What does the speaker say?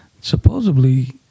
supposedly